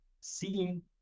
seeing